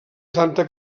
santa